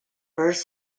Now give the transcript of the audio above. birth